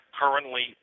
currently